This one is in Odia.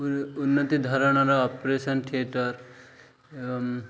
ଉନ୍ନତି ଧରଣର ଅପରେସନ୍ ଥିଏଟର୍ ଏବଂ